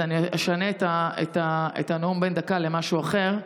אז אני אשנה את הנאום בן הדקה למשהו אחר.